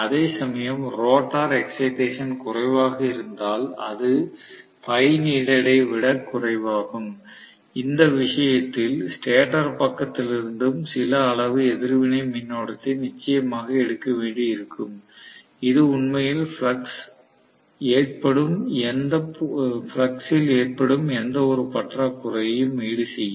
அதேசமயம் rotor excitation குறைவாக இருந்தால் அது Φneeded ஐ விடக் குறைவாகும் இந்த விஷயத்தில் ஸ்டேட்டர் பக்கத்திலிருந்தும் சில அளவு எதிர்வினை மின்னோட்டத்தை நிச்சயமாக எடுக்க வேண்டியிருக்கும் இது உண்மையில் பிளக்ஸ் ல் ஏற்படும் எந்த ஒரு பற்றாக்குறையையும் ஈடுசெய்யும்